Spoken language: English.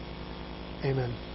Amen